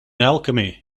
alchemy